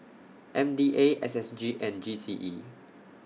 M D A S S G and G C E